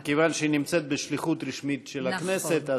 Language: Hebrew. מכיוון שהיא נמצאת בשליחות רשמית של הכנסת,